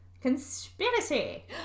Conspiracy